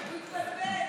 הוא התבלבל.